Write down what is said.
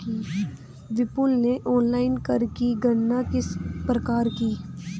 विपुल ने ऑनलाइन कर की गणना किस प्रकार की?